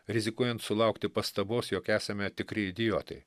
rizikuojant sulaukti pastabos jog esame tikri idiotai